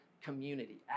community